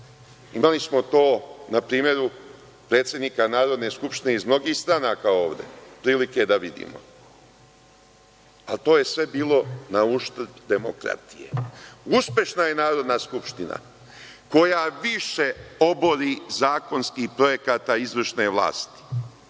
Imali smo to na primeru predsednika Narodne skupštine iz mnogih stranaka ovde prilike da vidimo, ali to je sve bilo na uštrb demokratije. Uspešna je Narodna skupština koja više obori zakonskih projekata izvršne vlasti,